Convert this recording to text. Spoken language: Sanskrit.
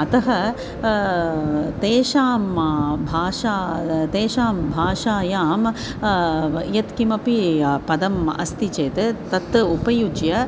अतः तेषां भाषां तेषां भाषायां यत् किमपि पदम् अस्ति चेत् तत् उपयुज्य